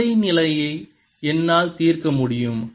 எல்லை நிலையை என்னால் தீர்க்க முடியும்